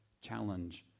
challenge